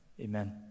Amen